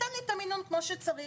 תן לי את המינון כמו שצריך.